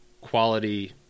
quality